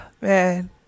Man